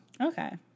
Okay